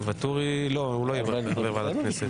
ואטורי לא, הוא לא יהיה בוועדת הכנסת.